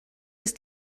ist